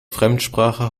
fremdsprache